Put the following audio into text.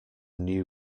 knew